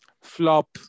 Flop